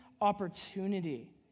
opportunity